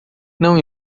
não